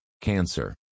Cancer